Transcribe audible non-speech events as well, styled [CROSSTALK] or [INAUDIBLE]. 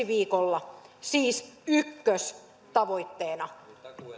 [UNINTELLIGIBLE] viikolla siis ykköstavoitteena